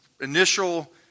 initial